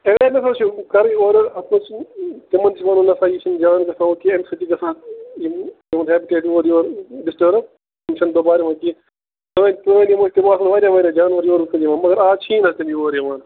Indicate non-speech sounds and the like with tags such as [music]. available چھِ کَرٕنۍ اورٕ [unintelligible] تِمن چھُ ونُن نہ سا یہِ چھُنہٕ جان گَژھان وٕ کینٛہہ اَمہِ سۭتۍ چھُ گَژھان یِم یِہُنٛد ہیبِٹیٹ اورٕ یورٕ ڈِسٹٔرٕب یِم چھِنہٕ دُبارٕ یِوان کینٛہہ [unintelligible] واریاہ واریاہ جانور [unintelligible] مگر آز چھی نہٕ تِم یور یِوان